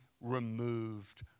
removed